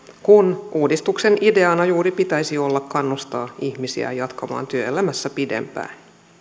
kun uudistuksen ideana juuri pitäisi olla kannustaa ihmisiä jatkamaan työelämässä pidempään